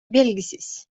белгисиз